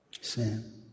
sin